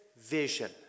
vision